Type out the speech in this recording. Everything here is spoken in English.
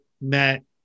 met